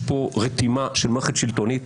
יש פה רתימה של מערכת שלטונית